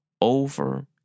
over